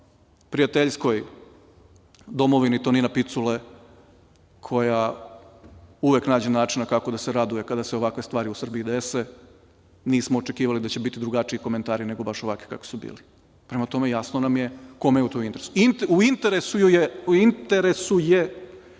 prijateljskoj domovini Tonina Picule koja uvek nađe načina kako da se raduje kada se ovakve stvari u Srbiji dese. Nismo očekivali da će biti drugačiji komentari, nego baš ovakvi kakvi su bili. Prema tome, jasno nam je kome je to u interesu.21/3 TĐ/MPU interesu je